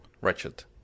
wretched